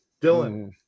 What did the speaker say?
Dylan